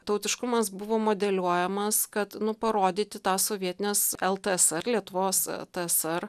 tautiškumas buvo modeliuojamas kad nu parodyti tą sovietinės ltsr lietuvos tsr